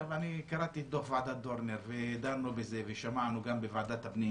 אני קראתי את דוח ועדת דורנר ודנו בזה ושמענו גם בוועדת הפנים